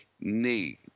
need